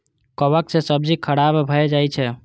कवक सं सब्जी खराब भए जाइ छै